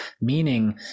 meaning